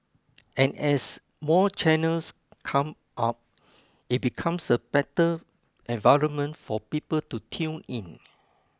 and as more channels come up it becomes a better environment for people to tune in